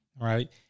right